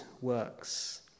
works